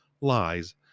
lies